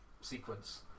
sequence